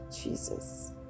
Jesus